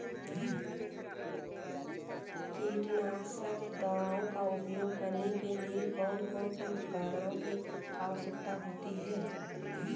कीटनाशक दवाओं का उपयोग करने के लिए कौन कौन से उपकरणों की आवश्यकता होती है?